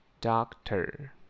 doctor